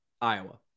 Iowa